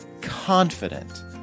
confident